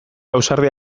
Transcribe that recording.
ausardia